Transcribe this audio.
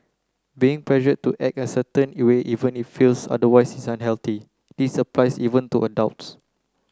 being pressured to act a certain even if one feels otherwise is unhealthy this applies even to adults